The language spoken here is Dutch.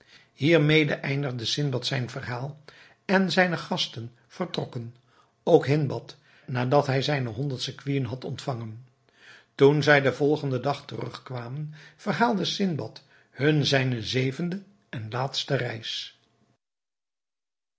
hiermede eindigde sindbad zijn verhaal en zijne gasten vertrokken ook hindbad nadat hij zijne honderd sequinen had ontvangen toen zij den volgenden dag terug kwamen verhaalde sindbad hun zijne zevende en laatste reis